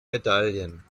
medaillen